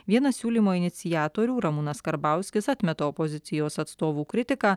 vienas siūlymo iniciatorių ramūnas karbauskis atmeta opozicijos atstovų kritiką